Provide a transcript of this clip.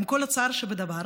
עם כל הצער שבדבר,